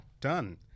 done